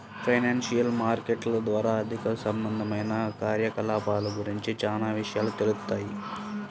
financial మార్కెట్ల ద్వారా ఆర్థిక సంబంధమైన కార్యకలాపాల గురించి చానా విషయాలు తెలుత్తాయి